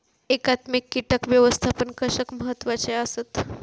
एकात्मिक कीटक व्यवस्थापन कशाक महत्वाचे आसत?